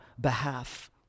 behalf